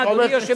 אדוני היושב-ראש,